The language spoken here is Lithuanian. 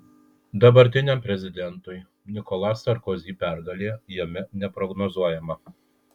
dabartiniam prezidentui nicolas sarkozy pergalė jame neprognozuojama